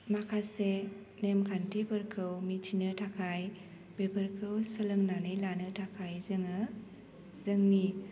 माखासे नेमखान्थिफोरखौ मिथिनो थाखाय बेफोरखौ सोलोंनानै लानो थाखाय जोङो जोंनि